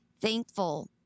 thankful